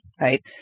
right